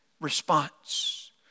response